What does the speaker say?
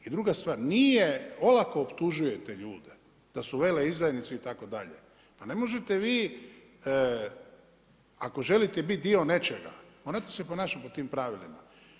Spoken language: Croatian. I druga stvar, nije olako optužujete ljude da su veleizdajnici itd., pa ne možete vi ako želite bio dio nečega morate se ponašati po tim pravilima.